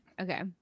Okay